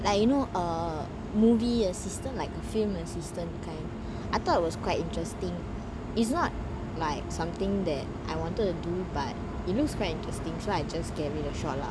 like you know err movie assistant like film assistant kind I thought was quite interesting it's not like something that I wanted to do but it looks quite interesting so I just gave it a shot lah